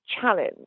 challenge